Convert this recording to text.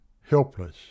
helpless